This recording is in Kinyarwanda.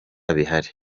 bihari